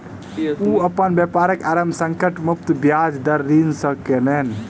ओ अपन व्यापारक आरम्भ संकट मुक्त ब्याज दर ऋण सॅ केलैन